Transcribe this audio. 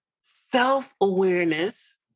self-awareness